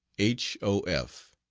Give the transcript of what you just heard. h. o. f.